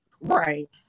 Right